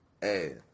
Hey